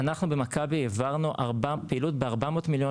אנחנו במכבי העברנו פעילות ב-400 מיליון